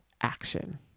Action